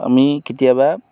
আমি কেতিয়াবা